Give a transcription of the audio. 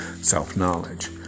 self-knowledge